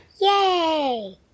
Yay